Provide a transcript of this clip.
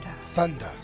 Thunder